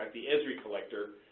the esri collector,